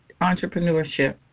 entrepreneurship